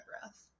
breath